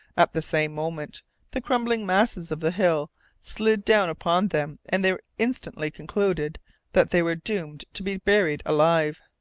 at the same moment the crumbling masses of the hill slid down upon them and they instantly concluded that they were doomed to be buried alive.